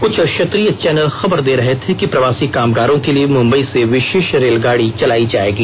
क्छ क्षेत्रीय चैनल खबर दे रहे थे कि प्रवासी कामगारों को लिए मुम्बई से विशेष रेलगाड़ी चलाई जाएगी